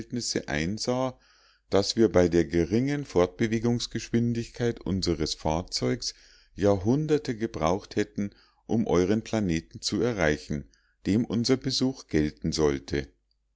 einsah daß wir bei der geringen fortbewegungsgeschwindigkeit unseres fahrzeugs jahrhunderte gebraucht hätten um euren planeten zu erreichen dem unser besuch gelten sollte